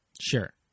Sure